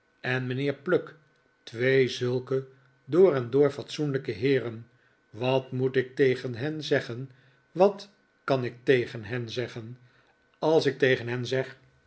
en mijnheer pluck twee zulke door en door fatsoenlijke heeren wat moet ik tegen hen zeggen wat kan ik tegen hen zeggen als ik tegen hen zei